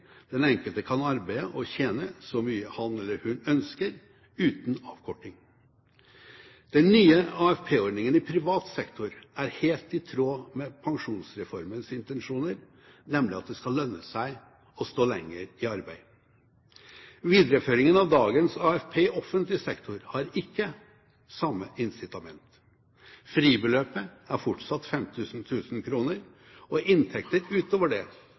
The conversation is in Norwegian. Den enkelte kan arbeide og tjene så mye som han eller hun ønsker, uten avkorting. Den nye AFP-ordningen i privat sektor er helt i tråd med Pensjonsreformens intensjoner, nemlig at det skal lønne seg å stå lenger i arbeid. Videreføringen av dagens AFP i offentlig sektor har ikke samme incitament. Fribeløpet er fortsatt 15 000 kr, og inntekter utover det